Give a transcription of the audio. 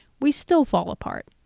we still fall apart.